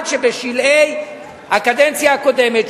עד שבשלהי הקדנציה הקודמת,